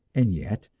and yet,